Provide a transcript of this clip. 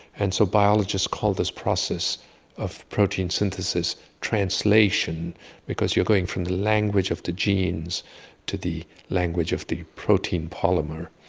and so biologists call this process of protein synthesis translation because you are going from the language of the genes to the language of the protein polymer.